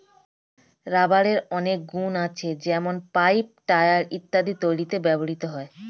রাবারের অনেক গুন আছে যেমন পাইপ, টায়র ইত্যাদি তৈরিতে ব্যবহৃত হয়